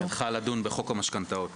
היא הלכה לדון בחוק המשכנתאות.